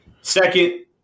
Second